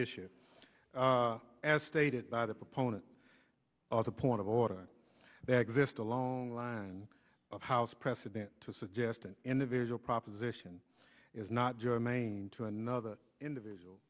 issue as stated by the proponent of the point of order that exist a long line of house precedents to suggest an individual proposition is not germane to another individual